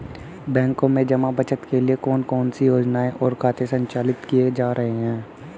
बैंकों में जमा बचत के लिए कौन कौन सी योजनाएं और खाते संचालित किए जा रहे हैं?